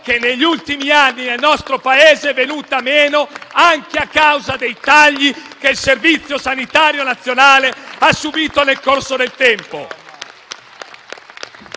che negli ultimi anni, nel nostro Paese, sono venute meno, anche a causa dei tagli che il Servizio sanitario nazionale ha subito nel corso del tempo.